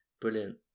Brilliant